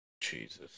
Jesus